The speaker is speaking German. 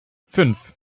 fünf